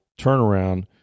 turnaround